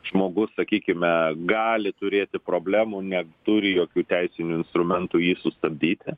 žmogus sakykime gali turėti problemų neturi jokių teisinių instrumentų jį sustabdyti